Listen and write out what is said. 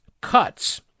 cuts